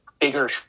bigger